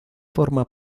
forma